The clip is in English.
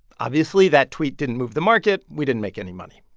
obviously, that tweet didn't move the market. we didn't make any money.